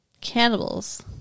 Cannibals